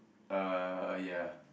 uh ya